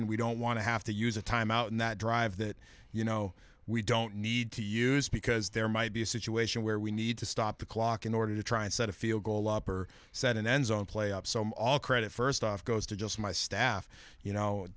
and we don't want to have to use a timeout in that drive that you know we don't need to use because there might be a situation where we need to stop the clock in order to try and set a field goal up or set an end zone play up so all credit first off goes to just my staff you